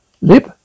Lip